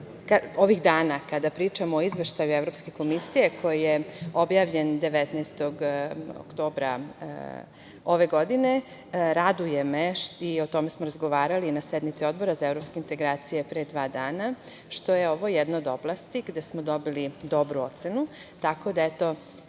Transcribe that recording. dana kada pričamo o Izveštaju Evropske komisije koji je objavljen 19. oktobra ove godine, raduje me i o tome smo razgovarali na sednici Odbora za evropske integracije pre dva dana, što je ovo jedna od oblasti gde smo dobili dobru ocenu, tako da